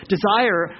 Desire